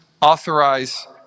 authorize